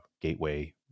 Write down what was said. gateway